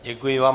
Děkuji vám.